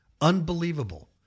Unbelievable